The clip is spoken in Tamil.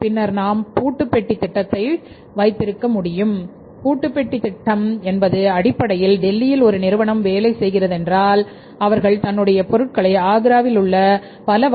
பின்னர் நாம் பூட்டு பெட்டி பொருட்களை 45